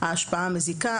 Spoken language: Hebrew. ההשפעה המזיקה,